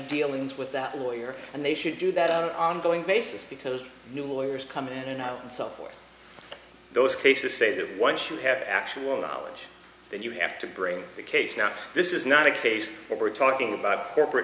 dealings with that lawyer and they should do that on an ongoing basis because new lawyers come in and out and software those cases say that once you have actual knowledge then you have to bring the case now this is not a case where we're talking about corporate